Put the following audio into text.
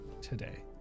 today